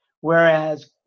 Whereas